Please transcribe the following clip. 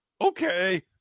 Okay